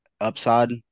upside